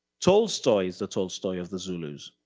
tolstoy is the tolstoy of the zulus,